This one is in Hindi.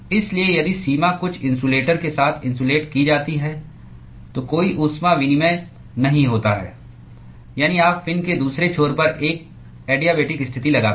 इसलिए यदि सीमा कुछ इन्सुलेटर के साथ इन्सुलेट की जाती है तो कोई ऊष्मा विनिमय नहीं होता है यानी आप फिन के दूसरे छोर पर एक एडियाबेटिक स्थिति लगाते हैं